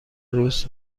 روز